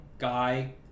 guy